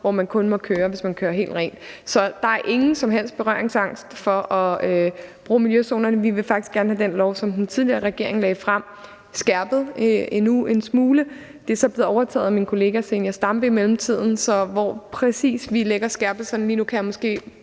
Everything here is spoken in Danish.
hvor man kun må køre, hvis man kører helt rent. Så der er ingen som helst berøringsangst for at bruge miljøzonerne. Vi vil faktisk gerne have den lov, som den tidligere regering lagde frem, skærpet endnu en smule. Det er så blevet overtaget af min kollega Zenia Stampe i mellemtiden, så præcis hvor vi lægger skærpelserne lige nu, kan jeg måske